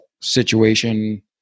situation